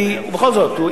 כי בכל זאת,